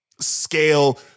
scale